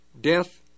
death